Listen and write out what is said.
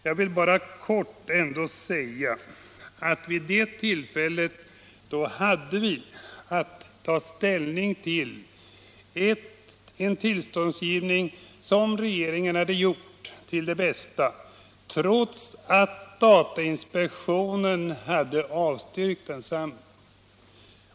Jag vill ändå bara kort säga att vid det tillfället hade vi att ta ställning till ett tillstånd som regeringen lämnat till Det Bästa, trots att datainspektionen avstyrkt.